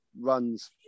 runs